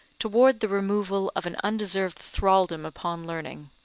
toward the removal of an undeserved thraldom upon learning.